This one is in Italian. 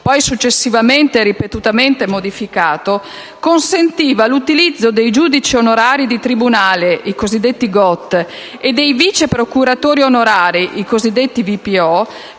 (poi successivamente e ripetutamente modificato), consentiva l'utilizzo dei giudici onorari di tribunale (i cosiddetti GOT) e dei vice procuratori onorari (i cosiddetti VPO)